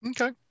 okay